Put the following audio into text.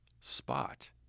spot